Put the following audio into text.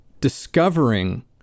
discovering